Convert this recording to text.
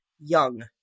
young